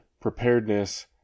preparedness